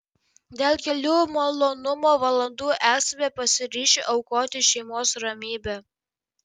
dėl kelių malonumo valandų esame pasiryžę aukoti šeimos ramybę